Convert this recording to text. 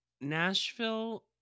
nashville